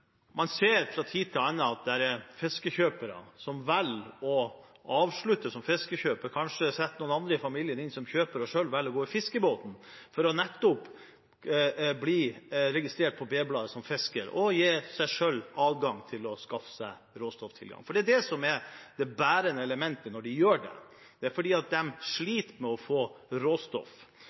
fiskekjøpere som velger å avslutte som fiskekjøpere. Kanskje setter man noen andre i familien inn som kjøper og velger selv å gå i fiskebåten for å bli registrert som fisker i B-bladet og gi seg selv adgang til å skaffe seg råstofftilgang. Det er det som er det bærende elementet når de gjør det – de sliter med å få råstoff.